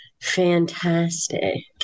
fantastic